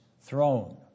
throne